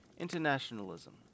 internationalism